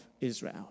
Israel